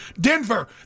Denver